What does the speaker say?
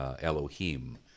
Elohim